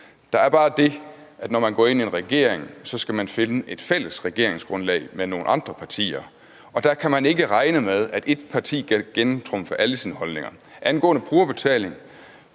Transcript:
Der er bare det, at når man går ind i en regering, skal man finde et fælles regeringsgrundlag med nogle andre partier, og der kan man ikke regne med, at et parti kan gennemtrumfe alle sine holdninger. Angående brugerbetaling